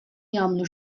jagħmlu